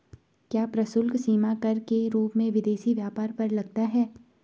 क्या प्रशुल्क सीमा कर के रूप में विदेशी व्यापार पर लगता है?